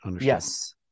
Yes